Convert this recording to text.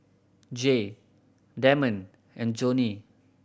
Jay Damond and Joni